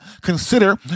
consider